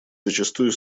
зачастую